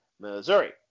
Missouri